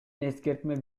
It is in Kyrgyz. эскертме